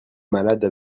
malades